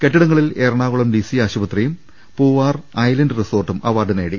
കെട്ടിടങ്ങളിൽ എറണാകുളം ലിസി ആശുപത്രിയും പൂവാർ ഐലന്റ് റിസോർട്ടും അവാർഡ് നേടി